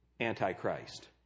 Antichrist